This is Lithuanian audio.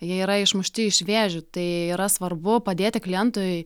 jie yra išmušti iš vėžių tai yra svarbu padėti klientui